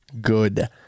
good